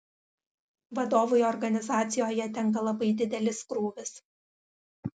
vadovui organizacijoje tenka labai didelis krūvis